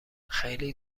خیلی